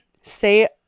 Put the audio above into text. Say